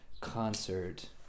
concert